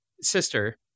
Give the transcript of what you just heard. sister